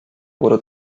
wurde